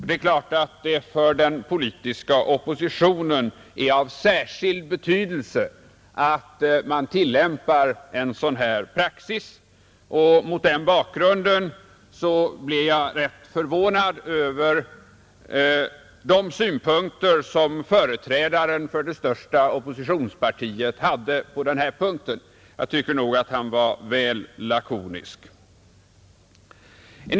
Naturligtvis är det för den politiska oppositionen av särskild betydelse att man tillämpar en sådan praxis, och mot den bakgrunden blev jag ganska förvånad över de synpunkter som företrädaren för det största oppositionspartiet hade på denna punkt. Jag tycker nog att han var väl lakonisk.